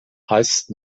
heißt